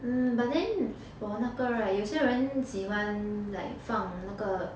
mm but then for 那个 [right] 有些人喜欢 like 放那个